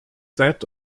that